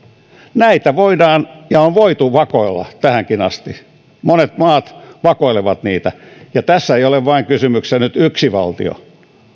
näitä voidaan ja on voitu vakoilla tähänkin asti monet maat vakoilevat niitä ja tässä ei ole kysymyksessä nyt vain yksi valtio